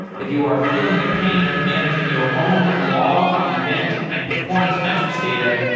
if you are feeling the pain of managing your own log, event and performance metrics data,